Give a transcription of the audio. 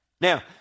Now